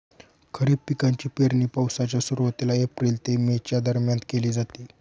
खरीप पिकांची पेरणी पावसाच्या सुरुवातीला एप्रिल ते मे च्या दरम्यान केली जाते